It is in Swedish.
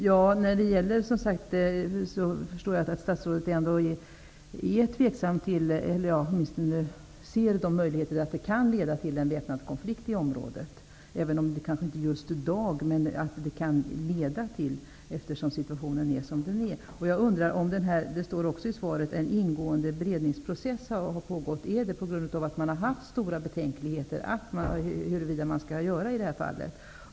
Herr talman! Jag förstår att statsrådet ser riskerna för att det kan bli en väpnad konflikt i området. Det kanske inte sker just i dag, men omständigheterna kan leda till det eftersom situationen är som den är. Det står i svaret att en ingående beredningsprocess har pågått. Beror det på att man har haft stora betänkligheter om hur man skall göra i detta fall?